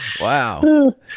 Wow